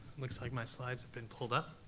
looks like my slides have been pulled up.